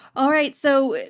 all right. so,